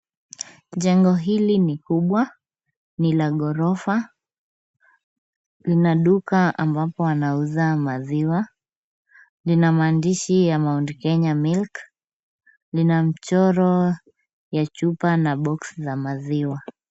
Jengo hili ni kubwa, ni la ghorofa. Lina duka ambapo anauza maziwa. Lina maandishi ya Mt Kenya Milk . Lina michoro ya chupa na box za maziwa.